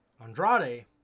Andrade